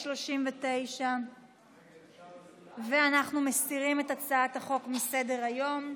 39. אנחנו מסירים את הצעת החוק מסדר-היום.